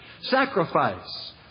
sacrifice